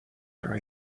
are